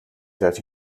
that